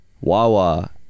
Wawa